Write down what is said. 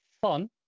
fun